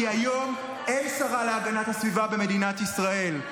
כי היום אין שרה להגנת הסביבה במדינת ישראל.